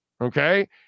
okay